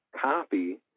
copy